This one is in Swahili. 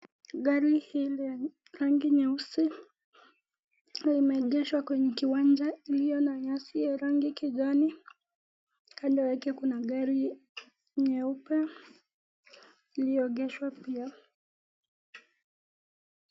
Gari hili rangi nyeusi limeegeshwa kwenye kiwanja iliyo na nyasi ya rangi kijani, kando yake kuna gari nyeupe iliyo egeshwa pia.